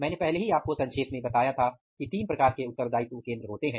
मैंने पहले ही आपको संक्षेप में बताया था कि तीन प्रकार के उत्तरदायित्व केंद्र होते हैं